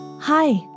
Hi